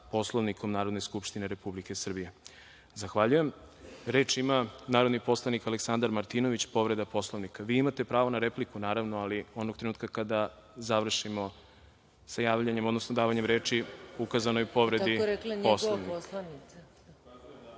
Poslovnikom Narodne skupštine Republike Srbije. Zahvaljujem. Reč ima narodni poslanik Aleksandar Martinović, povreda Poslovnika. Vi imate pravo na repliku, ali onog trenutka kada završimo sa davanjem reči ukazanoj povredi Poslovnika.